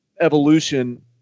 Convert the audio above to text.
evolution